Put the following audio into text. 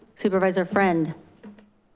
supervisor friend.